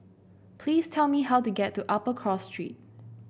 please tell me how to get to Upper Cross Street